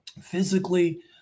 physically